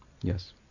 Yes